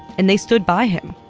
and they stood by him.